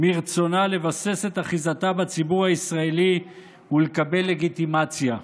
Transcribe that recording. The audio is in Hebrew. מרצונה לבסס את אחיזתה בציבור הישראלי ולקבל לגיטימציה,